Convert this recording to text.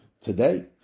today